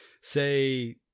say